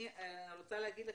אני רוצה להגיד לכם,